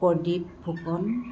Pradip Phukan